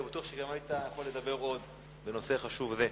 אני בטוח שהיית יכול גם לדבר עוד בנושא חשוב זה.